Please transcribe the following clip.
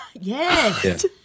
Yes